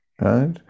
right